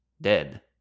dead